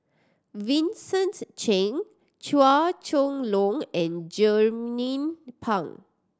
Vincent Cheng Chua Chong Long and Jernnine Pang